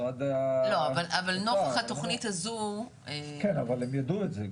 אבל נוכח התכנית הזו --- כן אבל הם ידעו את זה,